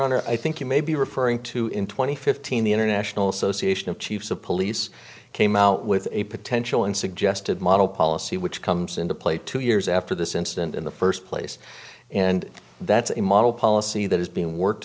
honor i think you may be referring to in two thousand and fifteen the international association of chiefs of police came out with a potential and suggested model policy which comes into play two years after this incident in the first place and that's a model policy that is being worked